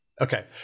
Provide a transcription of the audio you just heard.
Okay